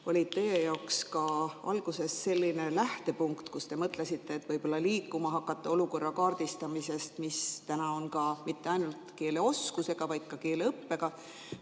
olid teie jaoks ka alguses selline lähtepunkt, te mõtlesite, et võib-olla hakata liikuma olukorra kaardistamisest, et mis täna toimub mitte ainult keeleoskusega, vaid ka keeleõppega,